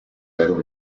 eram